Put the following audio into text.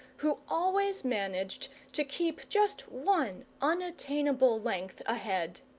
who always managed to keep just one unattainable length ahead.